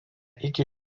iki